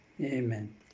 amen